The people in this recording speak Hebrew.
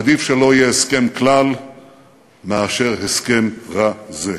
עדיף שלא יהיה הסכם כלל מאשר הסכם רע זה.